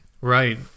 Right